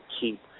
keep